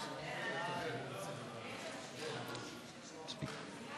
חוק משק החשמל (תיקון מס' 14,